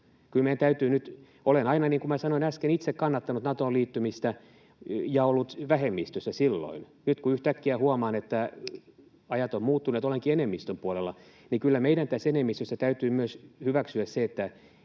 hänestä putinistia. Olen aina, niin kuin sanoin äsken, itse kannattanut Natoon liittymistä ja ollut vähemmistössä silloin. Nyt kun yhtäkkiä huomaan, että ajat ovat muuttuneet ja olenkin enemmistön puolella, niin kyllä meidän tässä enemmistössä täytyy myös hyväksyä se, että